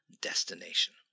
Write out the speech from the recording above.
destination